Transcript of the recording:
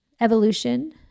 evolution